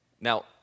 Now